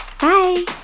Bye